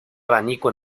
abanico